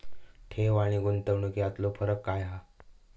ठेव आनी गुंतवणूक यातलो फरक काय हा?